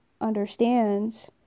understands